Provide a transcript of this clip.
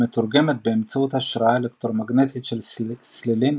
המתורגמת באמצעות השראה אלקטרומגנטית של סלילים,